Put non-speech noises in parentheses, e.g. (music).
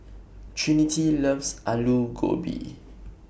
(noise) Trinity loves Alu Gobi